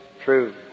true